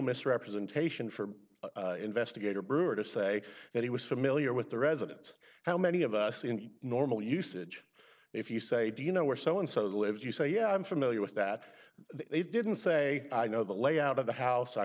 misrepresentation for investigator brewer to say that he was familiar with the residents how many of us in normal usage if you say do you know where so and so the lives you say yeah i'm familiar with that they didn't say i know the layout of the house i